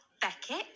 Beckett